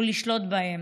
לשלוט בהם.